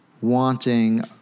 wanting